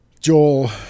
Joel